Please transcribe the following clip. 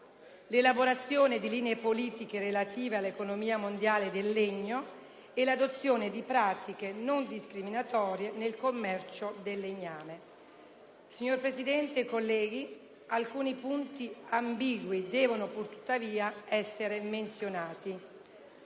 l'elaborazione di linee politiche relative all'economia mondiale del legno e l'adozione di pratiche non discriminatorie nel commercio del legname. Signora Presidente, colleghi, alcuni punti ambigui devono purtuttavia essere menzionati.